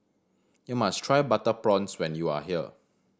you must try butter prawns when you are here